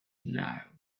now